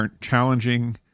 challenging